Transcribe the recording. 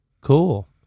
Cool